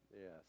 Yes